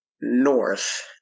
North